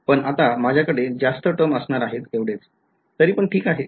पण आता माझ्याकडे जास्त टर्म्स असणार आहेत एवढेच तरी पण ठीक आहे